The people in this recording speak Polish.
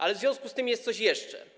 Ale w związku z tym jest coś jeszcze.